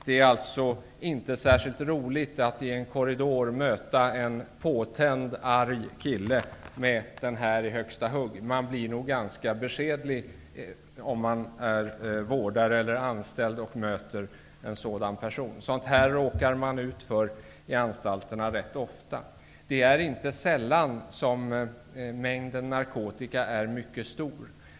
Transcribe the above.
Det är alltså inte särskilt roligt att i en korridor möta en påtänd, arg kille som kommer mot en med en sådan här kniv i högsta hugg. En vårdare eller anställd som möter en sådan person blir nog ganska beskedlig. Sådant här råkar man på anstalterna rätt ofta ut för. Inte sällan är mängden narkotika mycket stor.